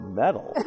metal